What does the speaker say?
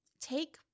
take